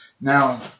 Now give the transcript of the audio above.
Now